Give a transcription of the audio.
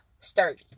sturdy